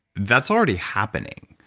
that's already happening.